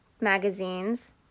magazines